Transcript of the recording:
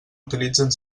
utilitzen